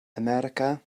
america